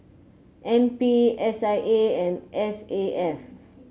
N P S I A and S A F